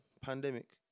pandemic